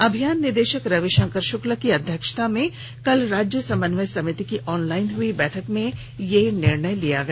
अभियान निदेशक रविशंकर शुक्ला की अध्यक्षता में कल राज्य समन्वय समिति की ऑनलाइन हुई बैठक में यह निर्णय लिया गया